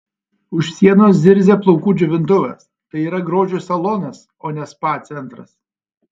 už sienos zirzia plaukų džiovintuvas tai yra grožio salonas o ne spa centras